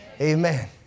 Amen